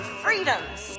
freedoms